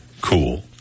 cool